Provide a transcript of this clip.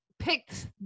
picked